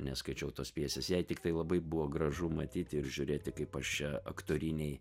neskaičiau tos pjesės jai tiktai labai buvo gražu matyti ir žiūrėti kaip aš čia aktoriniai